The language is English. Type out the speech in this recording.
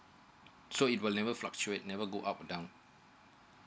so it will never fluctuate never go up and down